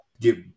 get